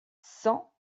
cent